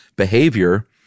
behavior